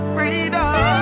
Freedom